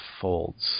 folds